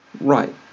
Right